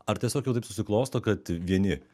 ar tiesiog jau taip susiklosto kad vieni